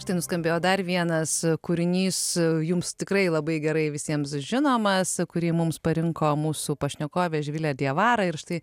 štai nuskambėjo dar vienas kūrinys jums tikrai labai gerai visiems žinomas kurį mums parinko mūsų pašnekovė živilė diawara ir štai